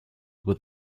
with